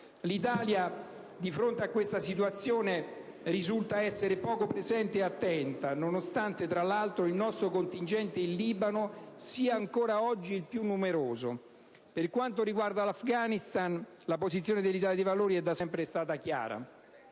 L'Italia, di fronte a questa situazione, risulta essere poco presente e attenta nonostante, tra l'altro, il nostro contingente in Libano sia ancora oggi il più numeroso. Per quanto riguarda l'Afghanistan, la posizione dell'Italia dei Valori è da sempre stata chiara.